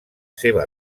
seva